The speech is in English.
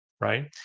right